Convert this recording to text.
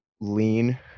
lean